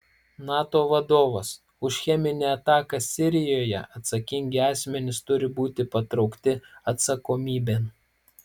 nato vadovas už cheminę ataką sirijoje atsakingi asmenys turi būti patraukti atsakomybėn